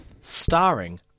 starring